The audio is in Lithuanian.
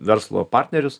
verslo partnerius